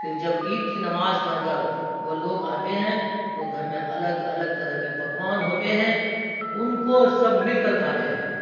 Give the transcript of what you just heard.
پھر جب عید کی نماز پڑھ کر وہ لوگ آتے ہیں تو گھر میں الگ الگ طرح کے پکوان ہوتے ہیں ان کو سب مل کر کھاتے ہیں